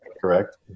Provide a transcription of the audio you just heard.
correct